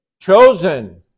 Chosen